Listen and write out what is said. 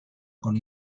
con